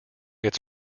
its